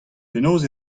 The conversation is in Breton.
penaos